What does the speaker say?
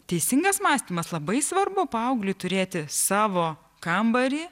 teisingas mąstymas labai svarbu paaugliui turėti savo kambarį